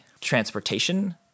transportation